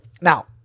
Now